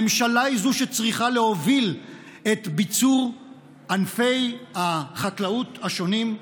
הממשלה היא שצריכה להוביל את ביצור ענפי החקלאות השונים,